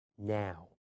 Now